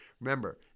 Remember